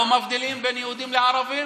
לא מבדילים בין יהודים לבין